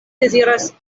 deziras